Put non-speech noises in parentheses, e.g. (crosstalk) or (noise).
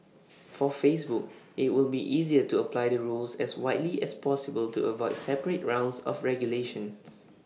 for Facebook IT will be easier to apply the rules as widely as possible to avoid (noise) separate rounds of regulation